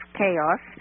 chaos